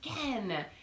again